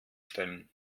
stellen